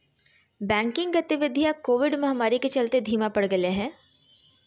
banking गतिवीधियां Covid महामारी के चलते धीमा पड़ गेले हें